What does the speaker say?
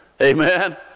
Amen